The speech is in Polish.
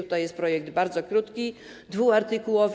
To jest projekt bardzo krótki, 2-artykułowy.